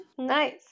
Nice